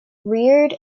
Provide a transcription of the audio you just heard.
reared